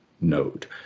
node